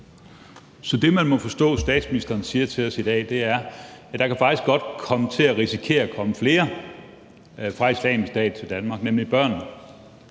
Så det, man må forstå statsministeren siger til os i dag, er, at der faktisk godt kan risikere at komme flere fra Islamisk Stat til Danmark, nemlig børnene?